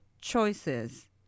choices